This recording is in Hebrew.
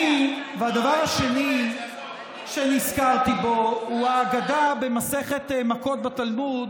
השני שנזכרתי בו הוא האגדה במסכת מכות בתלמוד